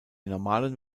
normalen